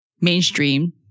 mainstream